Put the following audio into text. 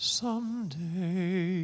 someday